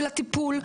של הטיפול,